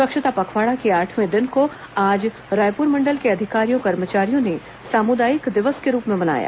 स्वच्छता पखवाड़ा के आठवें दिन को आज रायपुर मंडल के अधिकारियों कर्मचारियों ने सामुदायिक दिवस के रूप में मनाया